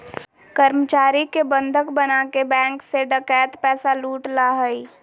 कर्मचारी के बंधक बनाके बैंक से डकैत पैसा लूट ला हइ